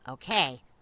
Okay